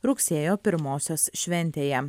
rugsėjo pirmosios šventėje